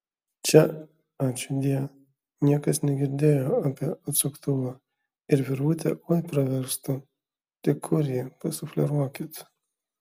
čia ačiūdie niekas negirdėjo apie atsuktuvą ir virvutė oi praverstų tik kur ji pasufleruokit